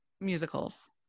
musicals